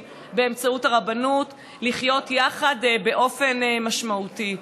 באמצעות הרבנות לחיות יחד באופן משמעותי.